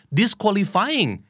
disqualifying